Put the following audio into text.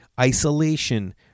isolation